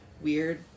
weird